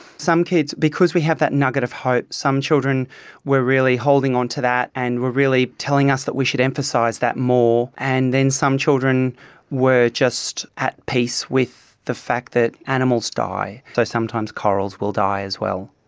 some kids, because we have that nugget of hope, some children were really holding on to that and were really telling us that we should emphasise that more. and then some children were just at peace with the fact that animals die, so sometimes corals will die as well.